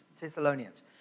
Thessalonians